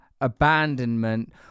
abandonment